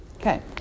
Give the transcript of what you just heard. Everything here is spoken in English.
Okay